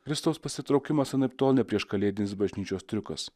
kristaus pasitraukimas anaiptol ne prieškalėdinis bažnyčios triukas